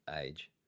Age